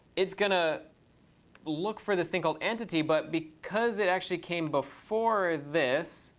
it's going to look for this thing called entity but because it actually came before this,